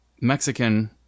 Mexican